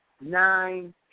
nine